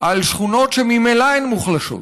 על שכונות שממילא הן מוחלשות,